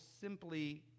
simply